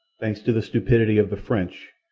thanks to the stupidity of the french,